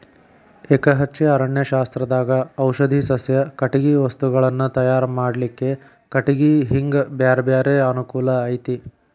ಎಕಹಚ್ಚೆ ಅರಣ್ಯಶಾಸ್ತ್ರದಾಗ ಔಷಧಿ ಸಸ್ಯ, ಕಟಗಿ ವಸ್ತುಗಳನ್ನ ತಯಾರ್ ಮಾಡ್ಲಿಕ್ಕೆ ಕಟಿಗಿ ಹಿಂಗ ಬ್ಯಾರ್ಬ್ಯಾರೇ ಅನುಕೂಲ ಐತಿ